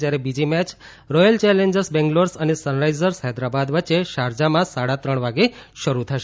જ્યારે બીજી મેય રોયલ ચેલેન્જર્સ બેંગ્લોર અને સનરાઈઝર્સ હૈદરાબાદ વચ્ચે શારજાહમાં સાજે સાડા ત્રણ વાગે શરૂ થશે